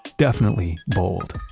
definitely bold!